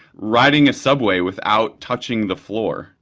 riding a subway without touching the floor.